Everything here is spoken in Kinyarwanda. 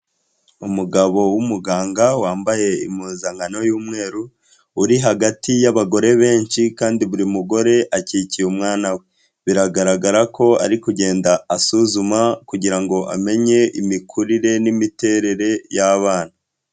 Umugabo w'umuganga wambaye impuzankano y'umweru uri hagati y'abagore benshi kandi buri mugore akikiye umwana we, biragaragara ko ari kugenda asuzuma kugira ngo amenye imikurire n'imiterere y'abana.